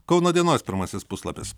kauno dienos pirmasis puslapis